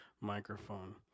microphone